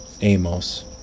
Amos